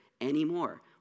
anymore